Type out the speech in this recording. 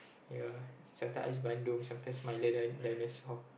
ya sometimes ice bandung sometimes milo milo dinosaur